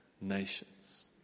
nations